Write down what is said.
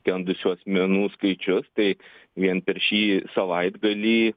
skendusių asmenų skaičius tai vien per šį savaitgalį